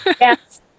Yes